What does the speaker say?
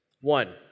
One